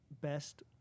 best